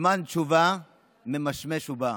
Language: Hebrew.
"זמן תשובה ממשמש ובא".